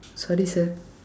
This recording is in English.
sorry sir